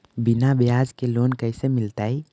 बिना ब्याज के लोन कैसे मिलतै?